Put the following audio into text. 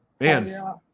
man